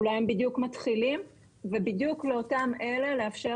אולי הם בדיוק מתחילים ובדיוק לאותם אלה לאפשר